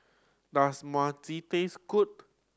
does Mochi taste good